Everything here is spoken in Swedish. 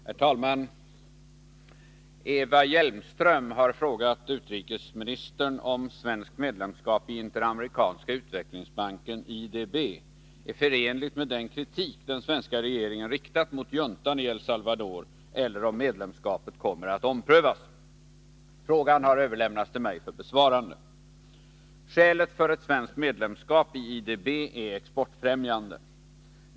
Herr talman! Eva Hjelmström har frågat utrikesministern om svenskt medlemskap i Interamerikanska utvecklingsbanken är förenligt med den kritik den svenska regeringen riktat mot juntan i El Salvador eller om medlemskapet kommer att omprövas. Frågan har överlämnats till mig för besvarande. Skälet för ett svenskt medlemskap i IDB är exportfrämjande.